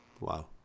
Wow